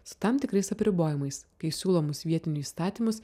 su tam tikrais apribojimais kai siūlomus vietinių įstatymus